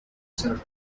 circle